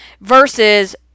versus